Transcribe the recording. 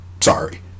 Sorry